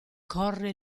corre